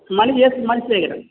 மணி S Manisekaran